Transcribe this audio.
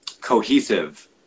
cohesive